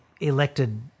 elected